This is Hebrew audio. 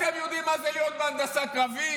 אתם יודעים מה זה להיות בהנדסה קרבית?